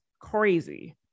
crazy